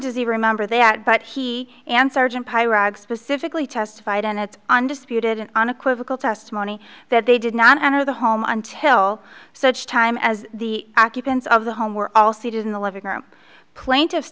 does he remember that but he answered specifically testified and it's undisputed unequivocal testimony that they did not enter the home until such time as the occupants of the home were all seated in the living room plaintiffs